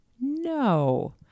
No